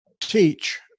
teach